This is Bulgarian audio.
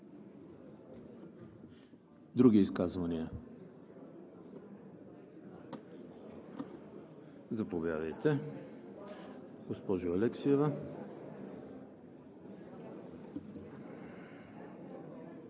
Други изказвания? Заповядайте, госпожо Алексиева.